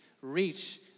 reach